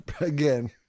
Again